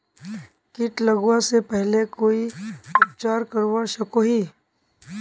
किट लगवा से पहले कोई उपचार करवा सकोहो ही?